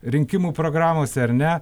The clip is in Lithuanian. rinkimų programose ar ne